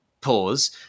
pause